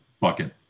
bucket